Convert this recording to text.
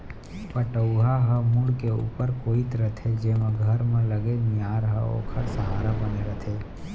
पटउहां ह मुंड़ के ऊपर कोइत रथे जेमा घर म लगे मियार ह ओखर सहारा बने रथे